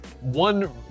one